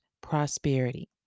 prosperity